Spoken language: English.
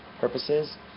purposes